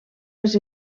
les